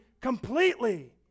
completely